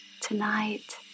Tonight